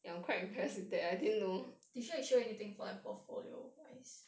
did she like show anything for like portfolio wise